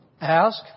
ask